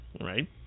right